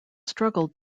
struggled